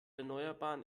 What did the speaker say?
erneuerbaren